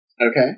Okay